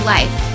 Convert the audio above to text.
Life